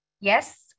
Yes